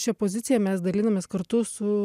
šia pozicija mes dalinamės kartu su